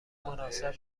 مناسب